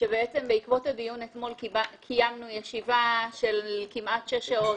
שבעקבות הדיון אתמול קיימנו ישיבה של כמעט שש שעות,